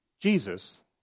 Jesus